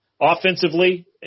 offensively